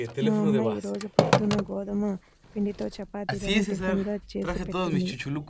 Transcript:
మా అమ్మ ఈ రోజు పొద్దున్న గోధుమ పిండితో చపాతీలను టిఫిన్ గా చేసిపెట్టింది